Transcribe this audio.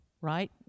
right